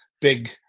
big